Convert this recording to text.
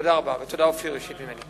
תודה רבה, ותודה, אופיר, אישית ממני.